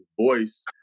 voice